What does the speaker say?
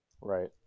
Right